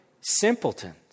simpletons